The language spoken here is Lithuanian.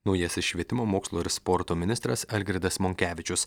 naujasis švietimo mokslo ir sporto ministras algirdas monkevičius